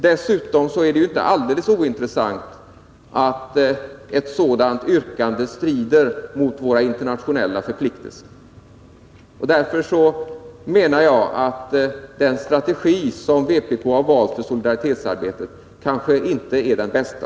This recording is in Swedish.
Dessutom är det inte alldeles ointressant att ett sådant yrkande strider mot våra internationella förpliktelser. Därför menar jag att den strategi som vpk har valt för solidaritetsarbetet inte är den bästa.